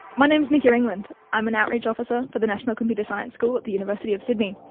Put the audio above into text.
my name is nicky ringland, i'm an outreach officer for the national computer science school at the university of sydney.